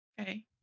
Okay